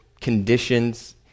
conditions